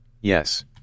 Yes